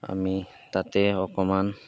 আমি তাতে অকণমান